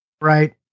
Right